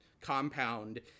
compound